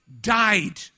died